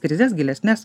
krizes gilesnes